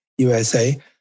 USA